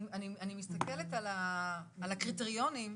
אני מסתכלת על הקריטריונים,